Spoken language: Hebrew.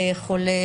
חולה.